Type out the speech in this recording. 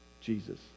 Jesus